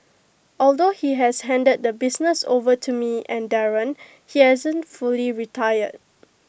although he has handed the business over to me and Darren he hasn't fully retired